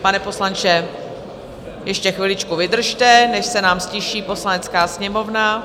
Pane poslanče, ještě chviličku vydržte, než se nám ztiší Poslanecká sněmovna.